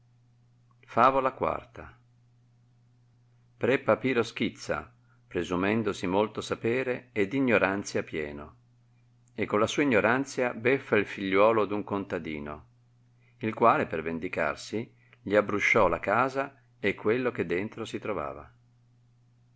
favola pre papiro schizza prp sumendosi imolto sapere è d lonoranzia pieno e con la sua ignoranzia beffa il figliuolo i un contadino il quale per vendicarsi gli abbrusciò la casa e quello che dentro si trovava